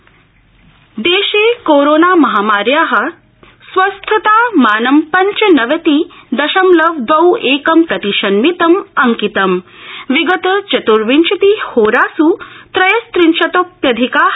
Covid अपडठ देशे corona महामार्या स्वस्थतामानं पंचनवति दशमलव दवौ एकं प्रतिशन्मितम् अंकितम् विगतचत्विंशति होरास् त्रयस्त्रिंशतोप्यधिका